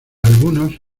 algunos